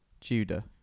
Judah